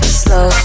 slow